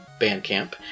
Bandcamp